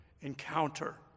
encounter